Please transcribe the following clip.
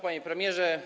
Panie Premierze!